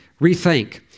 rethink